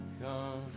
come